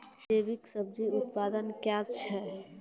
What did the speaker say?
जैविक सब्जी उत्पादन क्या हैं?